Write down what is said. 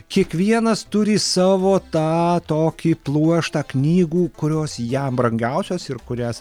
kiekvienas turi savo tą tokį pluoštą knygų kurios jam brangiausios ir kurias